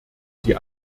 die